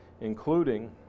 including